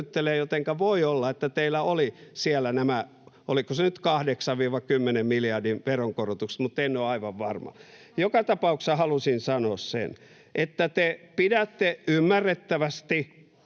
jotenka voi olla, että teillä oli siellä nämä, oliko se nyt 8—10 miljardin veronkorotukset, mutta en ole aivan varma. Joka tapauksessa halusin sanoa sen, että te pidätte ymmärrettävästi